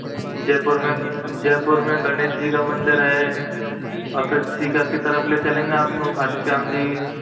जयपुर में जयपुर में गणेश जी का मंदिर है और फिर सीकर की तरफ ले चलेंगे आपको खाटूश्याम जी